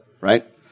right